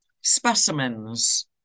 specimens